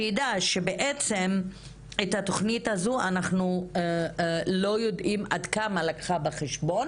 שידע שהתוכנית הזאת אנחנו לא יודעים עד כמה לקחה בחשבון